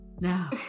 now